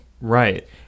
Right